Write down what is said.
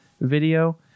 video